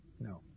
No